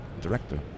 director